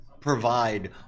provide